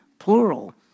Plural